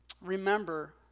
Remember